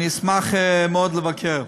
אני אשמח מאוד לבקר.